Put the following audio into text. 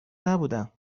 نبودم